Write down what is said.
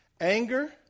anger